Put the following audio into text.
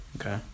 Okay